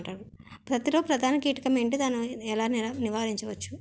పత్తి లో ప్రధాన కీటకం ఎంటి? దాని ఎలా నీవారించచ్చు?